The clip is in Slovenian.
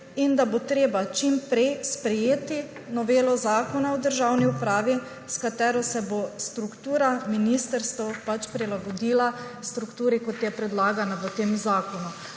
in da bo treba čim prej sprejeti novelo Zakona o državni upravi, s katero se bo struktura ministrstev prilagodila strukturi, kot je predlagana v tem zakonu.